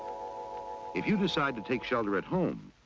if you decided to take shelter at home,